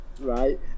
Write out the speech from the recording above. right